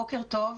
בוקר טוב.